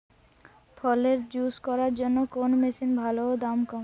ফলের জুস করার জন্য কোন মেশিন ভালো ও দাম কম?